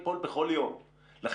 --- אולי זה עוד יקרה.